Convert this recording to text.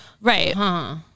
right